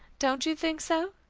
don't you think so?